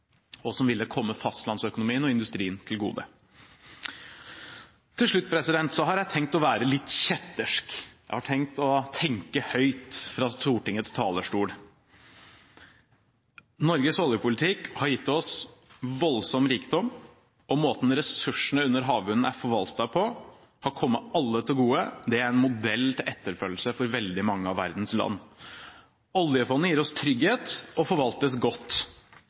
og som ville kommet fastlandsøkonomien og industrien til gode. Til slutt har jeg tenkt å være litt kjettersk. Jeg har tenkt å tenke høyt fra Stortingets talerstol. Norges oljepolitikk har gitt oss voldsom rikdom, og måten ressursene under havbunnen har vært forvaltet på, har kommet alle til gode. Det er en modell til etterfølgelse for veldig mange av verdens land. Oljefondet gir oss trygghet, og forvaltes godt.